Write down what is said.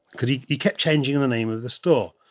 because he he kept changing the name of the store.